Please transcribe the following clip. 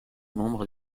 membre